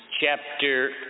chapter